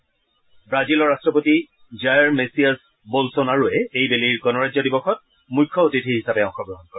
ৱাজিলৰ ৰাষ্ট্ৰপতি Jair Messias বলছনাৰোৱে এইবেলিৰ গণৰাজ্য দিৱসত মুখ্য অতিথি হিচাপে অংশগ্ৰহণ কৰে